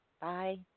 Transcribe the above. Bye